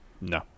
no